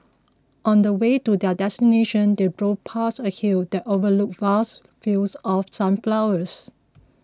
on the way to their destination they drove past a hill that overlooked vast fields of sunflowers